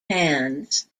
hands